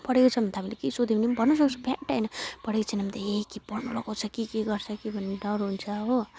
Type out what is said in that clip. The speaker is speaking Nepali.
पढेको छ भने त हामीले केही सोध्यो भने पनि भन्नु सक्छ फ्याट्टै होइन पढेको छैन भने त हे कि पढ्नु लगाउँछ कि के गर्छ कि भन्ने डर हुन्छ हो